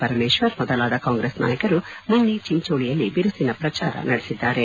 ಪರಮೇಶ್ವರ್ ಮೊದಲಾದ ಕಾಂಗ್ರೆಸ್ ನಾಯಕರು ನಿನ್ನೆ ಚಿಂಚೋಳಿಯಲ್ಲಿ ಬಿರುಸಿನ ಪ್ರಚಾರ ನಡೆಸಿದ್ದಾರೆ